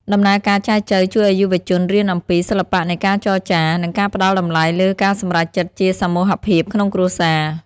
ដំណើរការចែចូវជួយឱ្យយុវជនរៀនអំពី "សិល្បៈនៃការចរចា" និងការផ្ដល់តម្លៃលើការសម្រេចចិត្តជាសមូហភាពក្នុងគ្រួសារ។